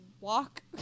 walk